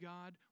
God